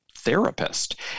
therapist